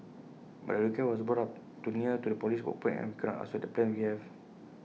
but the request was brought up too near to the polish open and we cannot upset the plans we have